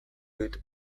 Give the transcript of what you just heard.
dit